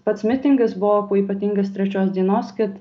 pats mitingas buvo kuo ypatingas trečios dienos kad